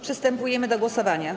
Przystępujemy do głosowania.